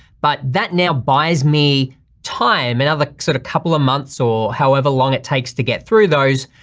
but that now buys me time, another sorta couple of months or however long it takes to get through those,